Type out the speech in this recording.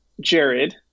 Jared